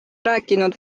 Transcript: rääkinud